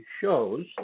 shows